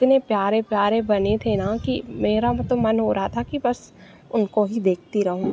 इतने प्यारे प्यारे बने थे ना कि मेरा तो मन हो रहा था कि बस उनको ही देखती रहूँ